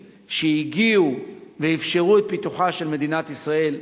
שהגיעו ואפשרו את פיתוחה של מדינת ישראל,